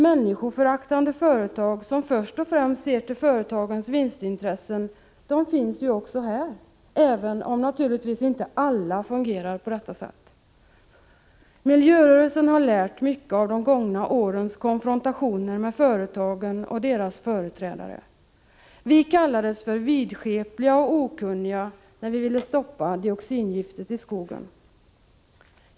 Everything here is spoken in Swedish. Människoföraktande företag, som först och främst ser till sina vinstintressen, finns också här, även om naturligtvis inte alla fungerar på detta sätt. Miljörörelsen har lärt mycket av de gångna årens konfrontationer med företagen och deras företrädare. Vi kallades för vidskepliga och okunniga när vi ville stoppa dioxingiftet i skogen.